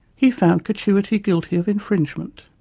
he found catuity guilty of infringement.